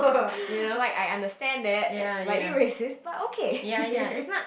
like I understand that it's slightly racist but okay